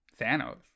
Thanos